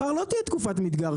מחר לא תהיה תקופת מדגר,